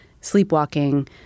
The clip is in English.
sleepwalking